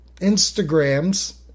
Instagrams